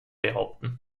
behaupten